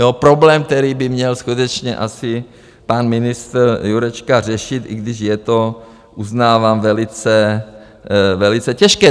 Problém, který by měl skutečně asi pan ministr Jurečka řešit, i když je to, uznávám, velice těžké.